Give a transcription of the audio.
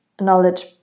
knowledge